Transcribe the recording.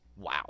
wow